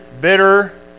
bitter